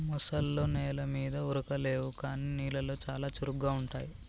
ముసల్లో నెల మీద ఉరకలేవు కానీ నీళ్లలో చాలా చురుగ్గా ఉంటాయి